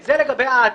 זה לגבי העתיד.